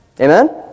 Amen